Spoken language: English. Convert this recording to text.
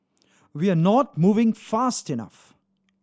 we are not moving fast enough